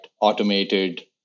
automated